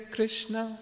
Krishna